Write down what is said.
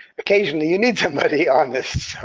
occasionally you need somebody honest.